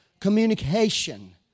communication